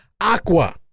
Aqua